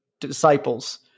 disciples